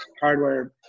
hardware